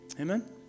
Amen